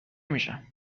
میشم